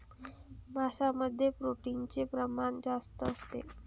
मांसामध्ये प्रोटीनचे प्रमाण जास्त असते